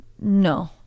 No